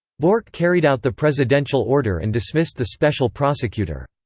bork carried out the presidential order and dismissed the special prosecutor.